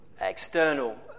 external